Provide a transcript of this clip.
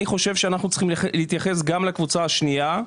אנחנו צריכים להתייחס גם לקבוצה השנייה.